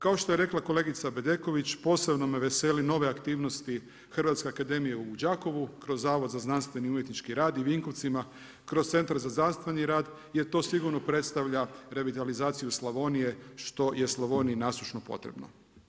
Kao što je rekla kolegica Bedeković posebno me vesele nove aktivnosti Hrvatske akademije u Đakovu kroz Zavod za znanstveni umjetnički rad u Vinkovcima, kroz centar za znanstveni rad jer to sigurno predstavlja revitalizaciju Slavonije što je Slavoniji nasušno potrebno.